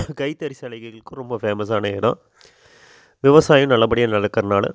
கைத்தறி சேலைகளுக்கு ரொம்ப ஃபேமஸான இடம் விவசாயம் நல்லபடியாக நடக்கிறனால்